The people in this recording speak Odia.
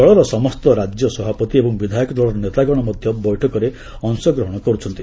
ଦଳର ସମସ୍ତ ରାଜ୍ୟ ସଭାପତି ଏବଂ ବିଧାୟକ ଦଳର ନେତାଗଣ ମଧ୍ୟ ବୈଠକରେ ଅଶଗ୍ରହଣ କରୁଛନ୍ତି